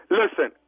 listen